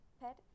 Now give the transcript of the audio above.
pet